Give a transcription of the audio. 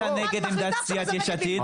מתי הצבעת נגד עמדת סיעת יש עתיד?